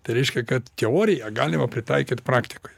tai reiškia kad teoriją galima pritaikyt praktikoje